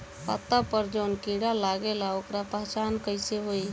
पत्ता पर जौन कीड़ा लागेला ओकर पहचान कैसे होई?